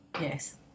Yes